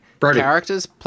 Characters